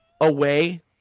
away